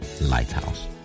Lighthouse